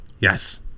Yes